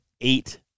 eight